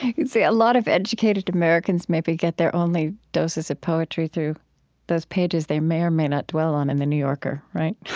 a ah lot of educated americans maybe get their only doses of poetry through those pages they may or may not dwell on in the new yorker, right?